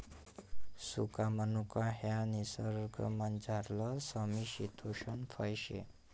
सुका मनुका ह्या निसर्गमझारलं समशितोष्ण फय शे